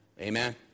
Amen